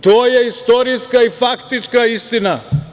To je istorijska i faktička istina.